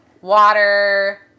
water